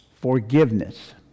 forgiveness